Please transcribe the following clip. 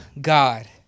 God